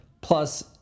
plus